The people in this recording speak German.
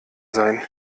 sein